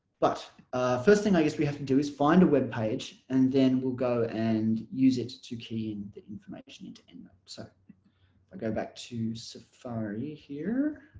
but first thing i guess we have to do is find a web page and then we'll go and use it to key in the information into endnote so if i go back to safari here